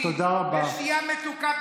ושתייה מתוקה,